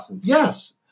Yes